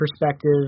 perspective